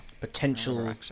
Potential